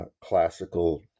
classical